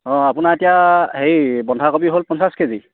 অঁ আপোনাৰ এতিয়া হেৰি বন্ধাকবি হ'ল পঞ্চাছ কেজি